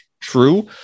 true